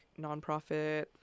nonprofit